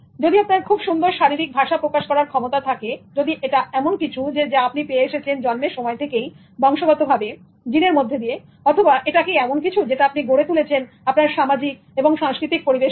যদি আপনার খুব সুন্দর শারীরিক ভাষা প্রকাশ করার ক্ষমতা থাকে যদি এটা এমন কিছু যা আপনি পেয়ে এসেছেন জন্মের সময় থেকেই বংশগতভাবে জিনের মধ্যে দিয়ে অথবা এটা এমন কিছু যেটা আপনি গড়ে তুলেছেন আপনার সামাজিক এবং সাংস্কৃতিক পরিবেশ থেকে